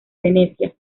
venecia